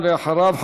ואחריו,